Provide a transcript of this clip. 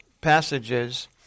passages